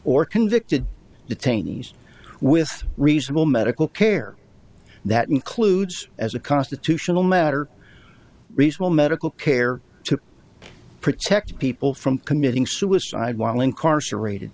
or convicted detainees with reasonable medical care that includes as a constitutional matter reese will medical care to protect people from committing suicide while incarcerated